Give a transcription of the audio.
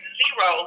zero